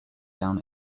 down